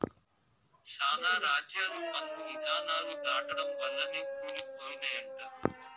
శానా రాజ్యాలు పన్ను ఇధానాలు దాటడం వల్లనే కూలి పోయినయంట